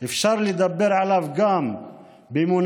משהו שאפשר לדבר עליו גם במונחים